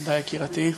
תודה, יקירתי.